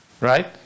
right